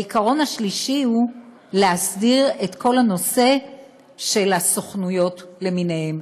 העיקרון השלישי הוא להסדיר את כל הנושא של הסוכנויות למיניהן,